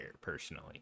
personally